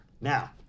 Now